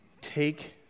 Take